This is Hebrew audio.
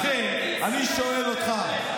לכן אני שואל אותך: